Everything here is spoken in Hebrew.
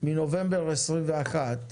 מנובמבר 2021,